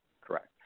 correct